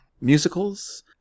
musicals